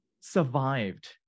survived